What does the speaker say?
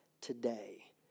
today